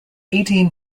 eighteen